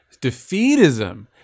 defeatism